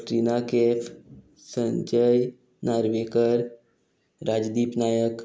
Katrina Kaif Sanjay Narvekar Rajdeep Naik